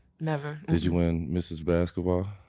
never. did you win miss basketball?